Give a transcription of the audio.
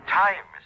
time